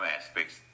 aspects